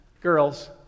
girls